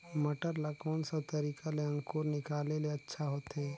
मटर ला कोन सा तरीका ले अंकुर निकाले ले अच्छा होथे?